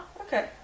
Okay